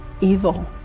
evil